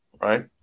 right